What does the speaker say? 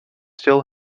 still